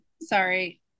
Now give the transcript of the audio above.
sorry